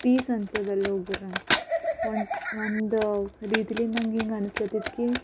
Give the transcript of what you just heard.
piece ಅನ್ಸುತ್ತೆ ಅಲ್ಲಿ ಹೋಗಿರೋಂಗೆ ಒಂದು ಒಂದು ರೀತಿಲಿ ನನಗೆ ಹೆಂಗೆ ಅನ್ಸ್ಲೈತಿ ಕೀ